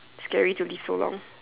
scary to live so long